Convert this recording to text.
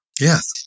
Yes